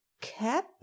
cap